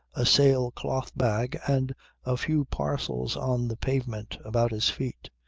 a sail cloth bag and a few parcels on the pavement about his feet.